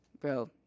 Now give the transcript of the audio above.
Bro